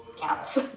counts